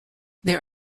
there